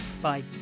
Bye